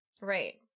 Right